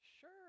sure